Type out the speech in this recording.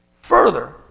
further